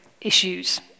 issues